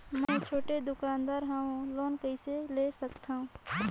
मे छोटे दुकानदार हवं लोन कइसे ले सकथव?